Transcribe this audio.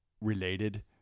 related